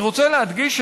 אני רוצה להדגיש,